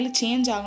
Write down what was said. change